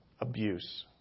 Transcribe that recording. abuse